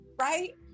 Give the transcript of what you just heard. right